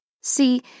See